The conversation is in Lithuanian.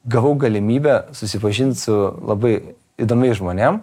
gavau galimybę susipažint su labai įdomiais žmonėm